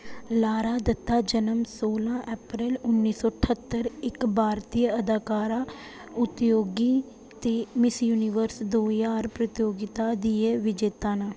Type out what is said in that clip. Lara Dutta जन्म सोलां April उन्नी सौ ठह्त्तर इक भारती अदाकारा उद्योगी ते मिस यूनिवर्स दो ज्हार प्रतियोगिता दियां विजेता न